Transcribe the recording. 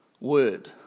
word